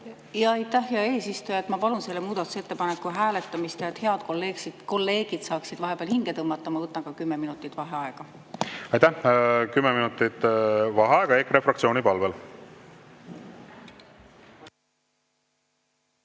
Aitäh, hea eesistuja! Ma palun selle muudatusettepaneku hääletamist ja et head kolleegid saaksid vahepeal hinge tõmmata, ma võtan ka kümme minutit vaheaega. Aitäh! Kümme minutit vaheaega EKRE fraktsiooni palvel.V